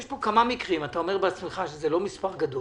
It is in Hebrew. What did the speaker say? אתה אומר בעצמך שמספר המקרים